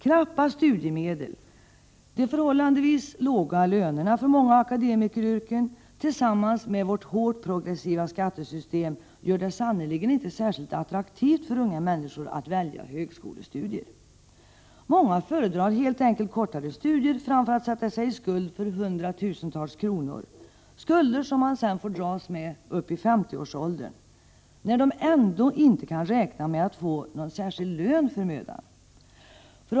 Knappa studiemedel och förhållandevis låga löner för många akademikeryrken tillsammans med vårt progressiva skattesystem gör att det sannerligen inte blir särskilt attraktivt för unga människor att välja högskolestudier. Många föredrar helt enkelt kortare studier framför att sätta sig i skuld för hundratusentals kronor — skulder som de sedan får dras med ända upp i 50-årsåldern. De kan ju ändå inte räkna med att få någon särskild lön för mödan.